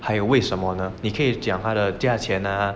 还有为什么呢你可以讲他的价钱 ah